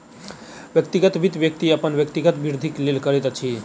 व्यक्तिगत वित्त, व्यक्ति अपन व्यक्तिगत वृद्धिक लेल करैत अछि